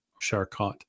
Charcot